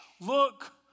Look